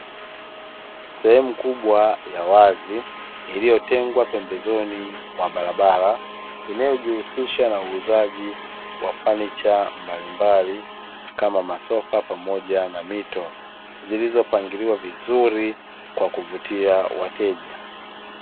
Sehemu kubwa ya wazi iliyotengwa pembezoni mwa barabara inayojihusisha na uuzaji wa fanicha mbalimbali, kama masofa pamoja na mito zilizopangiliwa vizuri kwa kuvutia wateja.